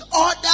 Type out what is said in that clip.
order